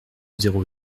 zéro